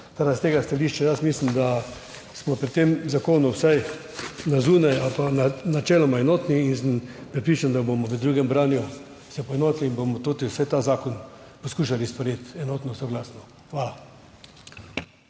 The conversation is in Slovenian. S tega stališča mislim, da smo pri tem zakonu vsaj na zunaj ali pa načeloma enotni, in sem prepričan, da se bomo v drugem branju poenotili in bomo vsaj ta zakon poskušali sprejeti enotno, soglasno. Hvala.